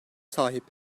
sahip